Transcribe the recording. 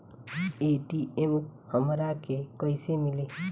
ATM हमरा के कइसे मिली?